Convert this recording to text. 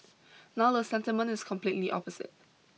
now the sentiment is completely opposite